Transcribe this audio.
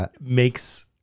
makes